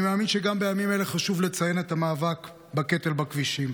אני מאמין שגם בימים אלה חשוב לציין את המאבק בקטל בכבישים.